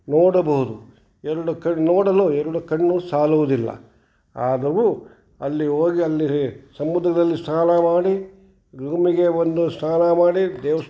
ನೋಡಬಹುದು ಎರಡು ಕಣ್ಣು ನೋಡಲು ಎರಡು ಕಣ್ಣು ಸಾಲುವುದಿಲ್ಲ ಆದರೂ ಅಲ್ಲಿ ಹೋಗಿ ಅಲ್ಲಿ ಸಮುದ್ರದಲ್ಲಿ ಸ್ನಾನ ಮಾಡಿ ರೂಮಿಗೆ ಬಂದು ಸ್ನಾನ ಮಾಡಿ ದೇವ